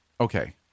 Okay